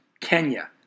Kenya